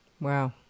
Wow